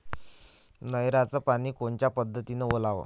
नयराचं पानी कोनच्या पद्धतीनं ओलाव?